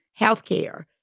healthcare